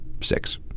six